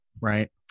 right